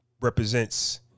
represents